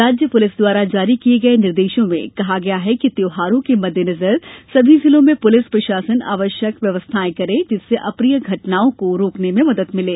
राज्य पुलिस द्वारा जारी किए गए निर्देशों में कहा गया है कि त्योहारों के मद्देनजर सभी जिलों में पुलिस प्रशासन आवश्यक व्यवस्थाएं करें जिससे अप्रिय घटनाओं को रोकने में मदद मिले